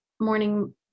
morning